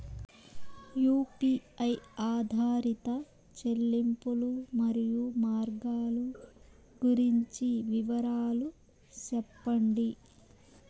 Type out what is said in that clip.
UPI ఆధారిత చెల్లింపులు, మరియు మార్గాలు గురించి వివరాలు సెప్పండి?